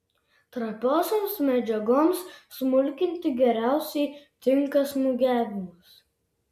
trapiosioms medžiagoms smulkinti geriausiai tinka smūgiavimas